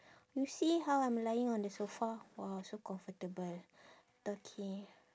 you see how I'm lying on the sofa !wah! so comfortable okay